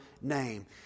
name